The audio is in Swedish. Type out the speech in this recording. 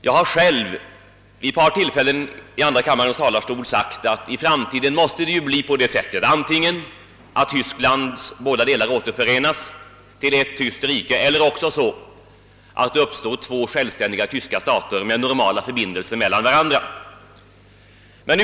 Jag har själv vid ett par tillfällen i andra kammarens talarstol sagt att det i framtiden måste bli så, att Tysklands båda delar antingen återförenas till ett tyskt rike, eller också att två självständiga stater med normala förbindelser med varandra skapas.